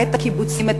את הקיבוצים,